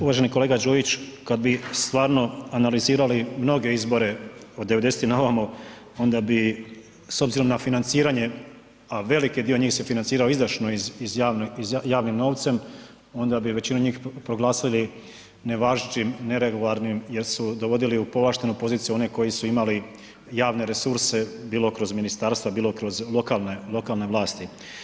Uvaženi kolega Đujić, kad bi stvarno analizirali mnoge izbore od 90-ih na ovamo, onda bi s obzirom na financiranje, veliki dio njih se financirao izdašno i javnim novcem, onda bi većinu njih proglasili nevažećim, neregularnim jer su dovodili u povlaštenu poziciju one koji su imali javne resurse bilo kroz ministarstva, bilo kroz lokalne vlasti.